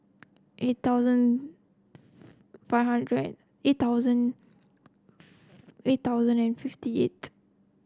eight thousand five hundred eight thousand eight thousand and fifty eight